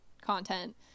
content